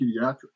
pediatrics